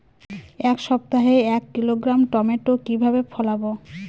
এক সপ্তাহে এক কিলোগ্রাম টমেটো কিভাবে ফলাবো?